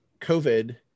COVID